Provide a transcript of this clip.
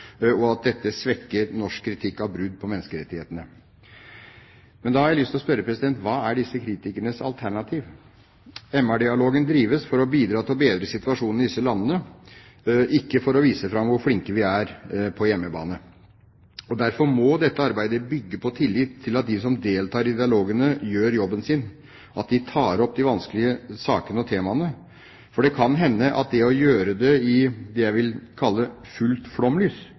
og at dette svekker norsk kritikk av brudd på menneskerettighetene. Da har jeg lyst til å spørre: Hva er disse kritikernes alternativ? Menneskerettighetsdialogen drives for å bidra til å bedre situasjonen i disse landene, ikke for å vise fram hvor flinke vi er på hjemmebane. Derfor må dette arbeidet bygge på tillit til at de som deltar i dialogene, gjør jobben sin, at de tar opp de vanskelige sakene og temaene, for det kan hende at det å gjøre det i det jeg vil kalle fullt flomlys,